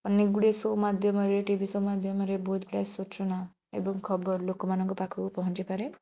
ଅନେକ ଗୁଡ଼ିଏ ସୋ ମାଧ୍ୟମରେ ଟି ଭି ସୋ ମାଧ୍ୟମରେ ବହୁତ ଗୁଡ଼ାଏ ସୁଚନା ଏବଂ ଖବର ଲୋକମାନଙ୍କ ପାଖକୁ ପହଞ୍ଚାଇପାରେ